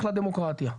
אחלה דמוקרטיה.